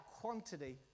quantity